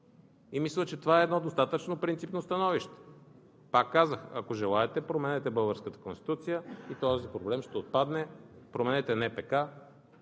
Мисля, че това е едно достатъчно принципно становище. Пак казах, ако желаете, променете българската Конституция и този проблем ще отпадне, променете НПК.